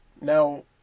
Now